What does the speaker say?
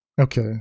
Okay